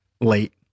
late